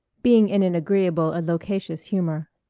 being in an agreeable and loquacious humor.